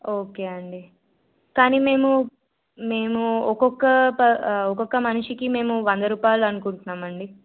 okay అండి కానీ మేము మేము ఒక్కొక్క ప ఒక్కొక్క మనిషికి మేము వంద రూపాయాలనుకుంటున్నామండి